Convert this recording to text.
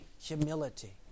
humility